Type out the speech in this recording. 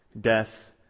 death